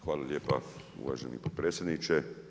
Hvala lijepa uvaženi potpredsjedniče.